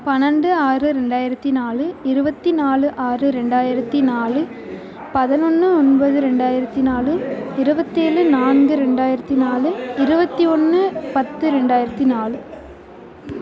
பன்னெண்டு ஆறு ரெண்டாயிரத்து நாலு இருபத்தி நாலு ஆறு ரெண்டாயிரத்து நாலு பதினொன்று ஒன்பது ரெண்டாயிரத்து நாலு இருபத்தேலு நான்கு ரெண்டாயிரத்து நாலு இருபத்தி ஒன்று பத்து ரெண்டாயிரத்து நாலு